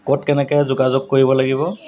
ক'ত কেনেকৈ যোগাযোগ কৰিব লাগিব